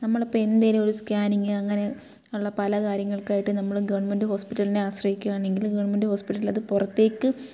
നമ്മളിപ്പോൾ എന്തേലും ഒരു സ്കാനിങ് അങ്ങനെ ഉള്ള പല കാര്യങ്ങൾക്കായിട്ട് നമ്മൾ ഗവൺമെൻറ്റ് ഹോസ്പിറ്റലിനെ ആശ്രയിക്കുകയാണെങ്കിൽ ഗവൺമെൻറ്റ് ഹോസ്പിറ്റലത് പുറത്തേക്ക്